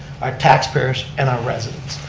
our taxpayers, and our residents.